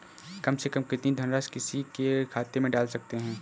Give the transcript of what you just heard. कम से कम कितनी धनराशि किसी के खाते में डाल सकते हैं?